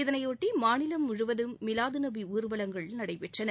இதனையொட்டி மாநிலம் முழுவதும் மிலாது நபி ஊர்வலங்கள் நடைபெற்றன